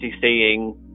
seeing